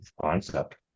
concept